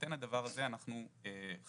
בהינתן הדבר הזה אנחנו חשבנו